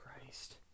Christ